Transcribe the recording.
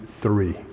three